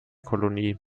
kolonie